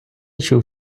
чув